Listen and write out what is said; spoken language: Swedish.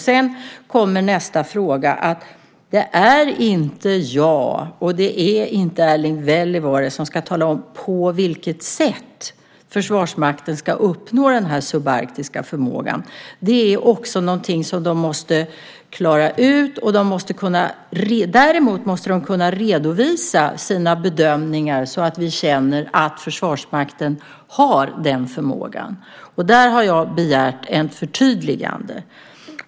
Sedan kommer nästa fråga: Det är inte jag, och det är inte Erling Wälivaara, som ska tala om på vilket sätt Försvarsmakten ska uppnå den här subarktiska förmågan. Det är någonting som de måste klara ut. Däremot måste de kunna redovisa sina bedömningar så att vi känner att Försvarsmakten har den förmågan. Där har jag begärt ett förtydligande.